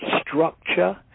structure